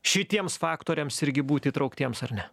šitiems faktoriams irgi būt įtrauktiems ar ne